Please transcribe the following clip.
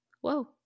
whoa